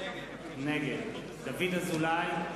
נגד דוד אזולאי,